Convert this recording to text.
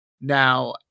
now